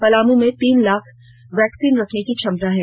पलामू में तीन लाख वैक्सीन रखने क्षमता है